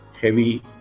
heavy